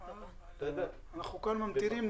אנחנו כאן ממתינים,